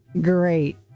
Great